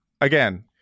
again